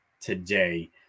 today